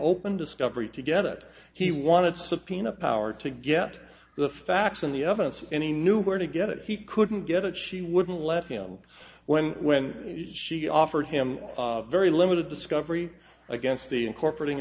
open discovery to get it he wanted to subpoena power to get the facts and the evidence and he knew where to get it he couldn't get it she wouldn't let him when when she offered him very limited discovery against the incorporating